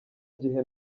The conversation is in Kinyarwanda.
gihe